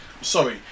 Sorry